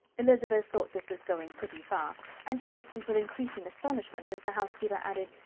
elizabeth thought this was going pretty far and she listened with increasing astonishment as the housekeeper added,